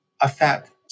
affect